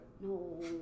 No